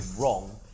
wrong